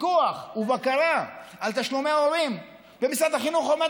בפיקוח ובקרה על תשלומי הורים משרד החינוך עומד